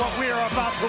we're about